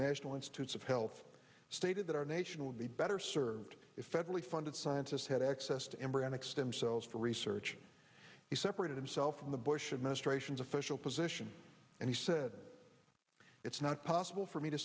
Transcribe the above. national institutes of health stated that our nation would be better served if federally funded scientists had access to embryonic stem cells for research he separated himself from the bush administration's official position and he said it's not possible for me to